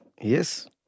Yes